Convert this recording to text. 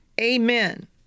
Amen